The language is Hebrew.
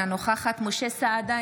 אינה נוכחת משה סעדה,